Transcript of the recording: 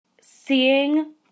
seeing